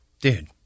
dude